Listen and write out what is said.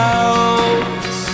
out